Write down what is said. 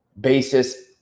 basis